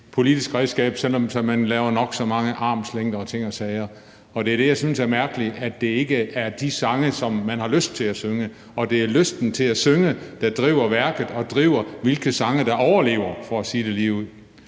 politisk redskab, selv om man laver nok så meget armslængde og ting og sager. Det er det, jeg synes er mærkeligt, altså at det ikke er de sange, som man har lyst til at synge. Og det er lysten til at synge, der driver værket og driver, hvilke sange der overlever for at sige det ligeud.